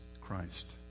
Christ